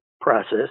process